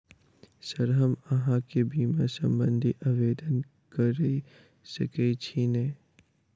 Sir हम अहाँ केँ बीमा संबधी आवेदन कैर सकै छी नै?